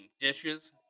dishes